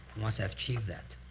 once i have achieved that,